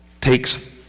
takes